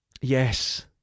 Yes